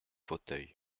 fauteuil